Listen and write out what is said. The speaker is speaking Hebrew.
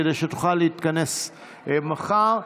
כדי שתוכל להתכנס מחר,